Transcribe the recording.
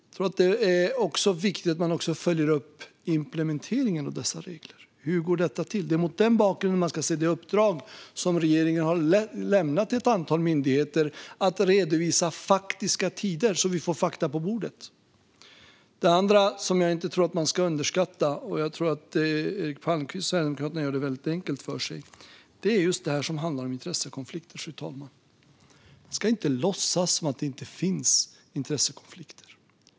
Jag tror att det är viktigt att man också följer upp implementeringen av dessa regler. Hur går detta till? Det är mot den bakgrunden man ska se det uppdrag som regeringen har gett till ett antal myndigheter - de har fått ett uppdrag att redovisa faktiska tider, så att vi får fakta på bordet. Jag tror inte heller att man ska underskatta intressekonflikter - jag tror att Eric Palmqvist och Sverigedemokraterna gör det väldigt enkelt för sig. Man ska inte låtsas som att det inte finns intressekonflikter.